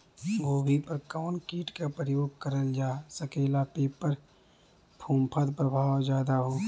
गोभी पर कवन कीट क प्रयोग करल जा सकेला जेपर फूंफद प्रभाव ज्यादा हो?